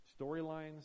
storylines